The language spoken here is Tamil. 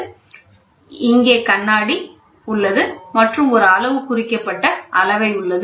எனவே இங்கே கண்ணாடி உள்ளது மற்றும் ஒரு அளவு குறிக்கப்பட்ட அளவை உள்ளது